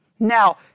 Now